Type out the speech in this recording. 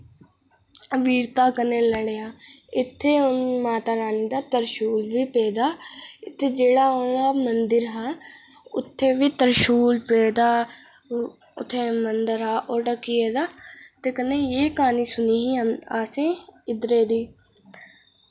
वीरता कन्नै लड़ेआ इत्थें माता रानी दा त्रिशूल बी पेदा इत्थै ओह् जेह्ड़ा मंदिर हा उत्थै बी त्रिशूल पेदा उत्थै मंदर हा ओह् ढकी गेदा ते कन्नै एह् क्हानी सुनी असें इद्धरै दी